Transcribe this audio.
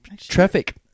Traffic